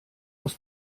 aus